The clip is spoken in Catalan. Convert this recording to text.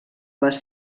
les